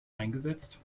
eingesetzt